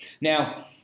Now